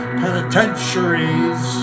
penitentiaries